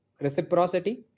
reciprocity